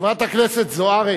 חברת הכנסת זוארץ.